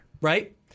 right